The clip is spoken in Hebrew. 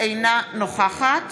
אינה נוכחת